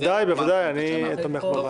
בוודאי, אני תומך.